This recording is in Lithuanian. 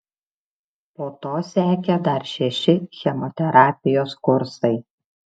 po to sekė dar šeši chemoterapijos kursai